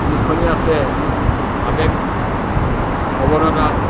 লিখনি আছে আৱেগ প্ৰৱণতাত